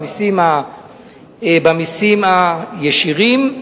במסים הישירים,